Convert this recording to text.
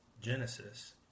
Genesis